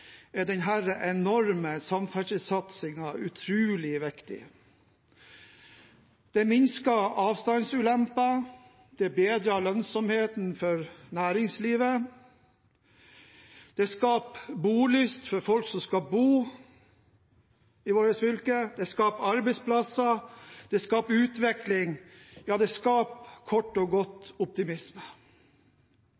enorme samferdselssatsingen utrolig viktig. Det minsker avstandsulempene. Det bedrer lønnsomheten for næringslivet. Det skaper bolyst for folk som skal bo i vårt fylke. Det skaper arbeidsplasser. Det skaper utvikling. Ja, det skaper kort og godt